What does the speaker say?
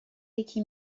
یکی